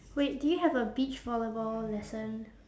wait do you have a beach volleyball lesson